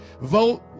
Vote